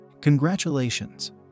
Congratulations